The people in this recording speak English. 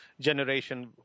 generation